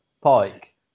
Pike